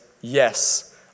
yes